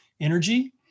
energy